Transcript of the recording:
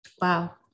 Wow